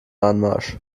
anmarsch